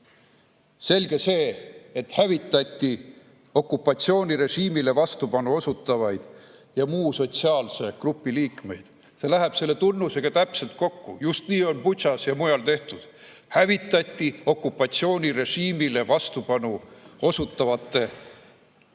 Selge see, et hävitati okupatsioonirežiimile vastupanu osutavaid ja muu sotsiaalse grupi liikmeid. See läheb selle tunnusega täpselt kokku. Just nii on Butšas ja mujal tehtud. Hävitati okupatsioonirežiimile vastupanu osutavaid